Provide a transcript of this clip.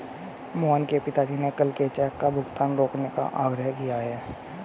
मोहन के पिताजी ने कल के चेक का भुगतान रोकने का आग्रह किए हैं